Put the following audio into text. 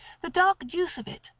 the dark juice of it,